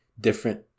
different